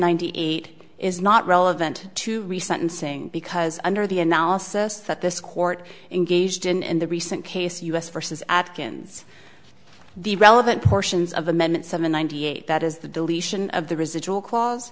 ninety eight is not relevant to re sentencing because under the analysis that this court engaged in in the recent case u s versus at kins the relevant portions of amendment seven ninety eight that is the deletion of the residual cla